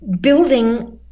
building